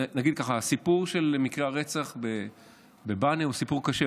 הסיפור של מקרי הרצח בבענה הוא סיפור קשה,